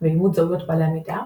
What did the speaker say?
ואימות זהויות בעלי המידע.